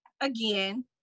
again